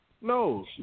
No